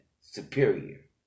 superior